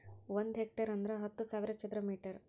ಒಂದ್ ಹೆಕ್ಟೇರ್ ಅಂದರ ಹತ್ತು ಸಾವಿರ ಚದರ ಮೀಟರ್